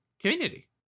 Community